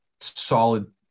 solid